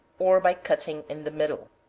or by cutting in the middle.